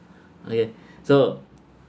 okay so